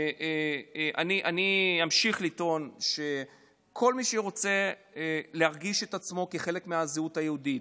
אני אמשיך לטעון שכל מי שרוצה להרגיש את עצמו כחלק מהזהות היהודית,